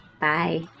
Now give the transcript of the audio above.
Bye